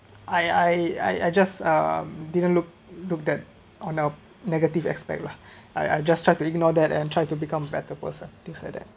I I I I just uh didn't look look that on a negative aspect lah I I just try to ignore that and try to become a better person things like that